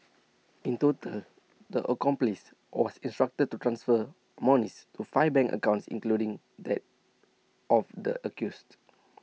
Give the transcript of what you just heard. in total the accomplice was instructed to transfer monies to five bank accounts including that of the accused